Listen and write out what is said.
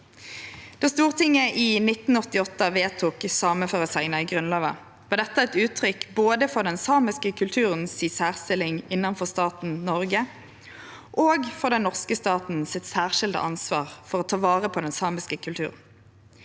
Då Stortinget i 1988 vedtok sameføresegna i Grunnlova, var det eit uttrykk både for den samiske kulturen si særstilling innanfor staten Noreg og for den norske staten sitt særskilde ansvar for å ta vare på den samiske kulturen.